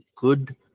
good